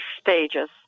stages